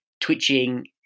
twitching